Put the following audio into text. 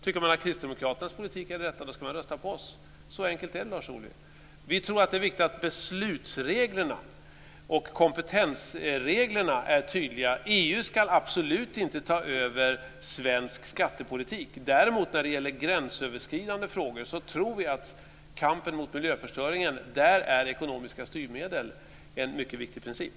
Tycker man att Kristdemokraternas politik är den rätta ska man rösta på oss. Så enkelt är det, Lars Ohly. Vi tror att det är viktigt att beslutsreglerna och kompetensreglerna är tydliga. EU ska absolut inte ta över svensk skattepolitik. När det däremot gäller gränsöverskridande frågor tror vi att ekonomiska styrmedel är en mycket viktig princip, t.ex. i kampen mot miljöförstöringen.